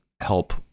help